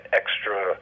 extra